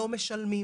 לא משלמים.